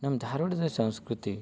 ನಮ್ಮ ಧಾರವಾಡದ ಸಂಸ್ಕೃತಿ